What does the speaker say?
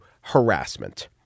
harassment